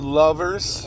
lovers